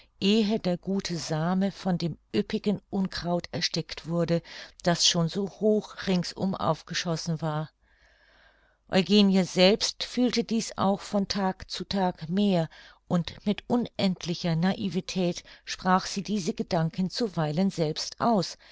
der gute same von dem üppigen unkraut erstickt wurde das schon so hoch ringsum aufgeschossen war eugenie selbst fühlte dies auch von tag zu tag mehr und mit unendlicher naivetät sprach sie diese gedanken zuweilen selbst aus